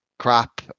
crap